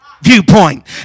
viewpoint